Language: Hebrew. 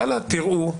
וואלה, תראו,